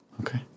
Okay